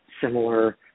similar